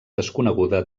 desconeguda